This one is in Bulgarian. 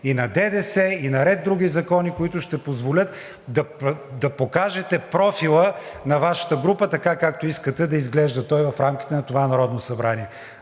и на ДДС, и на ред други закони, които ще позволят да покажете профила на Вашата група така, както искате да изглежда той в рамките на това Народно събрание.